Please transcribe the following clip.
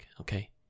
okay